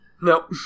Nope